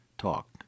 Talk